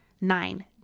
Nine